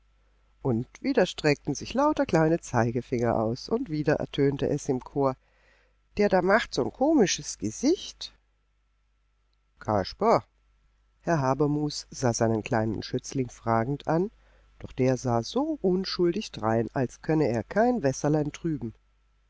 und wieder streckten sich lauter kleine zeigefinger aus und wieder ertönte es im chor der da macht so n komisches gesicht kasper herr habermus sah seinen kleinen schützling fragend an doch der sah so unschuldig drein als könne er kein wässerlein trüben